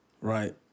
Right